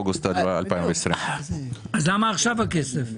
אוגוסט 2020. אז למה עכשיו הכסף?